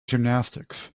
gymnastics